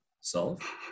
solve